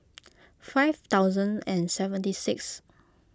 five thousand and seventy sixth